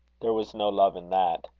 there was no love in that.